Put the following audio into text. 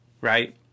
right